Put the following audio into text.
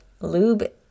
lube